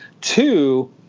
Two